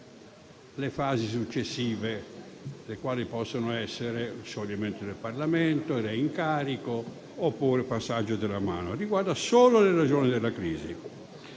le fasi successive (le quali possono essere scioglimento del Parlamento, reincarico oppure passaggio della mano), ma solo le ragioni della crisi.